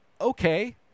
Okay